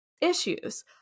issues